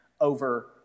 over